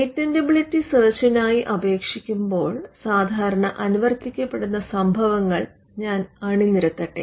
patentability സെർച്ചിനായി അപേക്ഷിക്കുമ്പോൾ സാധാരണ അനുവർത്തിക്കപ്പെടുന്ന സംഭവങ്ങൾ ഞാൻ അണിനിരത്തട്ടെ